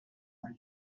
great